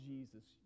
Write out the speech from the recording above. Jesus